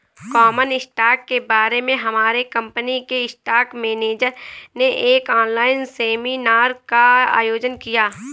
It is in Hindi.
कॉमन स्टॉक के बारे में हमारे कंपनी के स्टॉक मेनेजर ने एक ऑनलाइन सेमीनार का आयोजन किया